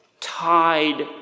tied